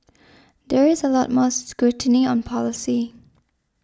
there is a lot more scrutiny on policy